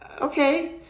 Okay